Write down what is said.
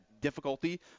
difficulty